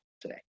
today